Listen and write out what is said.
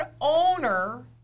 owner